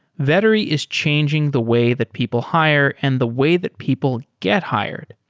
vettery is changing the way that people hire and the way that people get hired.